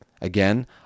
Again